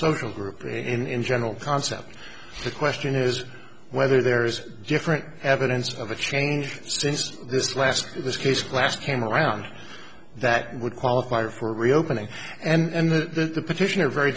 social group in general concept the question is whether there's different evidence of a change since this last this case class came around that would qualify for reopening and that the petitioner very